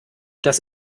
das